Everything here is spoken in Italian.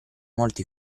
molti